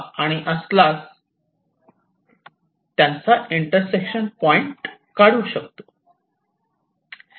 आणि असल्यास त्यांचा इंटरसेक्शन पॉईंट काढू शकतो